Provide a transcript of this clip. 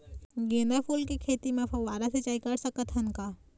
गेंदा फूल के खेती म फव्वारा सिचाई कर सकत हन का?